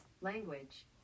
language